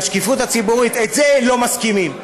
ולשקיפות הציבורית, את זה לא מסכימים.